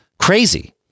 Crazy